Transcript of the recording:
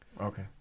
Okay